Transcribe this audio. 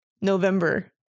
November